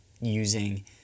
using